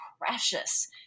precious